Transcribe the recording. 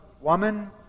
Woman